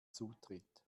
zutritt